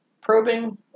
probing